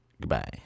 goodbye